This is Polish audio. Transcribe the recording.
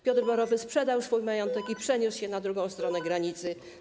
Piotr Borowy sprzedał swój majątek i przeniósł się na drugą stronę granicy.